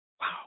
Wow